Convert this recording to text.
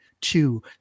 two